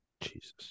Jesus